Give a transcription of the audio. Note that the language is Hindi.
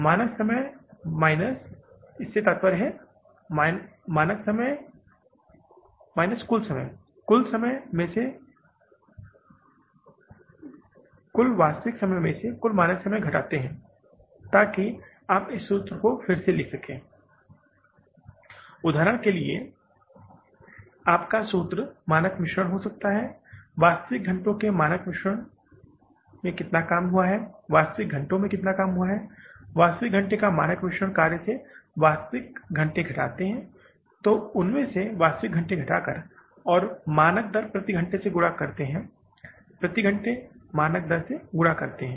मानक समय माइनस से तात्पर्य है कुल मानक समय में से कुल वास्तविक समय घटाते है ताकि आप इस सूत्र को इस तरह से फिर से लिख सकें उदाहरण के लिए आपका सूत्र मानक मिश्रण हो सकता है वास्तविक घंटों के मानक मिश्रण ने काम किया वास्तविक घंटों ने काम किया वास्तविक घंटे का मानक मिश्रण कार्य में से वास्तविक घंटे घटाते है उसमे से वास्तविक घंटे घटाकर और मानक दर प्रति घंटे से गुणा किया गया प्रति घंटे मानक दर से गुणा किया गया